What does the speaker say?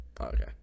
Okay